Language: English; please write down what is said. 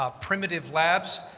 ah primitive labs.